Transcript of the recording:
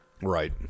Right